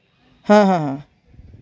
ᱦᱮᱸ ᱦᱮᱸ